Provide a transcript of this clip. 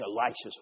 Elisha's